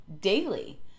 daily